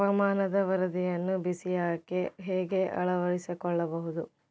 ಹವಾಮಾನದ ವರದಿಯನ್ನು ಬೇಸಾಯಕ್ಕೆ ಹೇಗೆ ಅಳವಡಿಸಿಕೊಳ್ಳಬಹುದು?